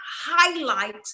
highlight